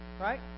Right